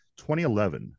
2011